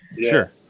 sure